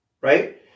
right